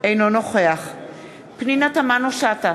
אינו נוכח פנינה תמנו-שטה,